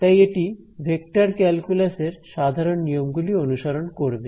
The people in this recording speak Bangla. তাই এটি ভেক্টর ক্যালকুলাস এর সাধারন নিয়মগুলি অনুসরণ করবে